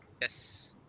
yes